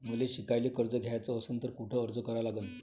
मले शिकायले कर्ज घ्याच असन तर कुठ अर्ज करा लागन?